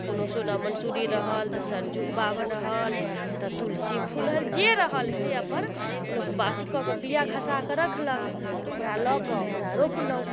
कोनो सोना मन्सुरी रहल तऽ सरजुग बाबन रहल तऽ तुलसी फूल रहल जे फूल रहल से अपन लोक अथी कऽ कऽ बीआ खसा कऽ रखलक ओकरा लऽ कऽ ओकरा रोपनहुँ